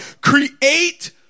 create